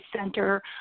center